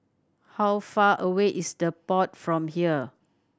how far away is The Pod from here